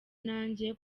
nanjye